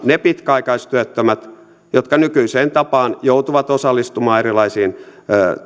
ne pitkäaikaistyöttömät jotka nykyiseen tapaan joutuvat osallistumaan erilaisiin